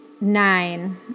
nine